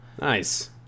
Nice